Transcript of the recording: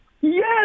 Yes